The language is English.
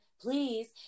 please